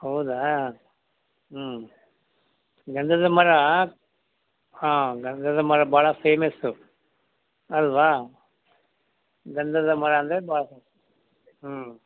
ಹೌದಾ ಹ್ಞೂ ಗಂಧದ ಮರ ಹಾಂ ಗಂಧದ ಮರ ಭಾಳ ಫೇಮಸ್ಸು ಅಲ್ಲವಾ ಗಂಧದ ಮರ ಅಂದರೆ ಭಾಳ ಹ್ಞೂ